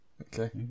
Okay